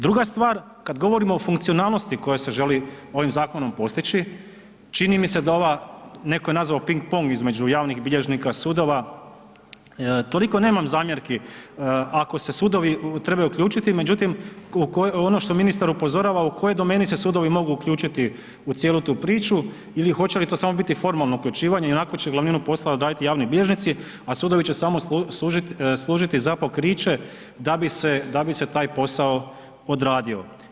Druga stvar, kada govorimo o funkcionalnost koja se želi ovim zakonom postići, čini mi se da ova neko je nazvao ping pong između javnih bilježnika, sudova, toliko nemam zamjerki ako se sudovi trebaju uključiti, međutim ono što ministar upozorava u kojoj domeni se sudovi mogu uključiti u cijelu tu priču ili hoće li to samo biti formalno uključivanje, iako će glavninu posla odraditi javni bilježnici, a sudovi će samo služiti za pokriće da bi se taj posao odradio.